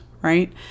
right